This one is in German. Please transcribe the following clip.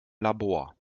labor